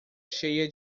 cheia